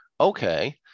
okay